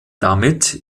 damit